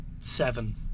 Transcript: seven